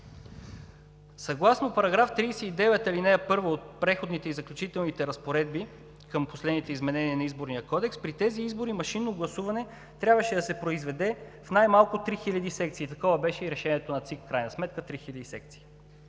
Съгласно § 39, ал. 1 от „Преходните и заключителни разпоредби“ към последните изменения на Изборния кодекс, при тези избори машинно гласуване трябваше да се произведе в най-малко 3000 секции. Такова беше и решението на ЦИК в крайна сметка – 3000 секции.